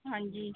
ਹਾਂਜੀ